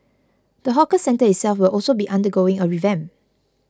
the hawker centre itself will also be undergoing a revamp